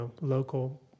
local